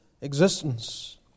existence